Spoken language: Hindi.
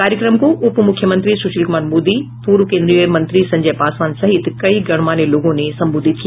कार्यक्रम को उप मुख्यमंत्री सुशील कुमार मोदी पूर्व केन्द्रीय मंत्री संजय पासवान सहित कई गणमान्य लोगों ने संबोधित किया